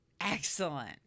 Excellent